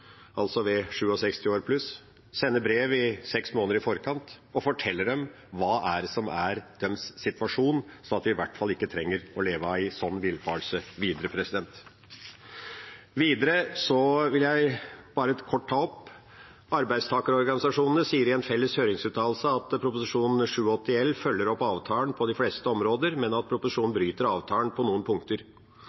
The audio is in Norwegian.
altså ved 67 år, og forteller om deres situasjon, sånn at de i hvert fall ikke trenger å leve i villfarelse videre. Videre vil jeg kort ta opp: Arbeidstakerorganisasjonene sier i en felles høringsuttalelse at Prop. 87 L følger opp avtalen på de fleste områder, men at proposisjonen bryter avtalen på noen punkter.